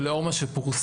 ולאור מה שפורסם,